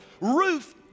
Ruth